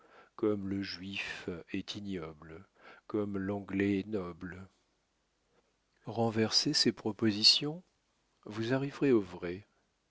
comme le juif est ignoble comme l'anglais est noble renversez ces propositions vous arriverez au vrai